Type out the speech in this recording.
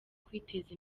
kwiteza